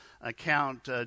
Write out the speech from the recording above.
account